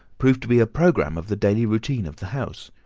proved to be a programme of the daily routine of the house.